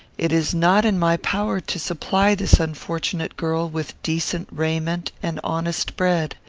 it is not in my power to supply this unfortunate girl with decent raiment and honest bread.